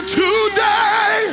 today